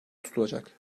tutulacak